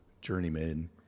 journeyman